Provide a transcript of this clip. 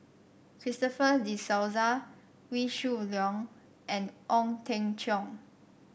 Christopher De Souza Wee Shoo Leong and Ong Teng Cheong